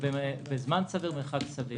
בזמן סביר ובמרחק סביר.